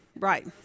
Right